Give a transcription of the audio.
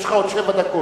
יש לך עוד שבע דקות.